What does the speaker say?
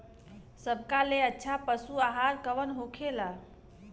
सबका ले अच्छा पशु आहार कवन होखेला?